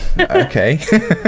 okay